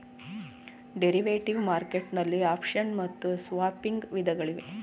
derivative market ನಲ್ಲಿ option ಮತ್ತು swapping ವಿಧಗಳಿವೆ